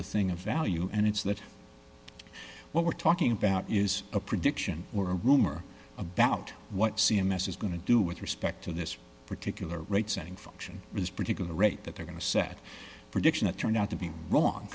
the thing of value and it's that what we're talking about is a prediction or a rumor about what c m s is going to do with respect to this particular rate setting function is particular rate that they're going to set prediction that turned out to be wrong